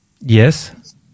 yes